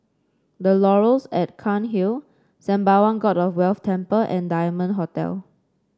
The Laurels at Cairnhill Sembawang God of Wealth Temple and Diamond Hotel